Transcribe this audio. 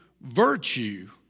virtue